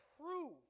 prove